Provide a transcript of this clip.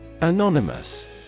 Anonymous